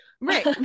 Right